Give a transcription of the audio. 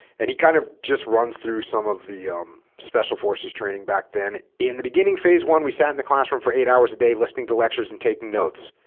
and he kind of just runs through some of the special forces training back then in the beginning phase one we sat in the classroom for eight hours a day listening to lectures and taking notes